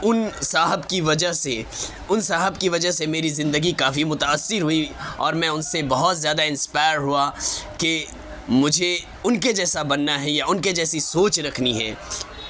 ان صاحب کی وجہ سے ان صاحب کی وجہ سے میری زندگی کافی متاثر ہوئی اور میں ان سے بہت زیادہ انسپائر ہوا کہ مجھے ان کے جیسا بننا ہے یا ان کے جیسی سوچ رکھنی ہے